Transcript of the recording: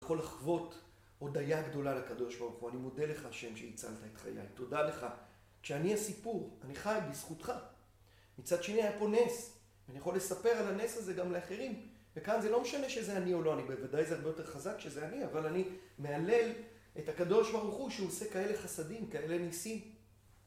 בכל אחוות הודיה גדולה לקדוש ברוך הוא, אני מודה לך השם שהצלת את חיי, תודה לך, שאני הסיפור, אני חי בזכותך. מצד שני, היה פה נס, ואני יכול לספר על הנס הזה גם לאחרים, וכאן זה לא משנה שזה אני או לא, בוודאי זה הרבה יותר חזק שזה אני, אבל אני מהלל את הקדוש ברוך הוא שעושה כאלה חסדים, כאלה ניסים.